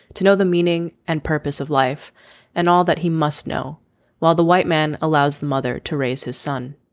to know the meaning and purpose of life and all that he must know while the white man allows the mother to raise his son.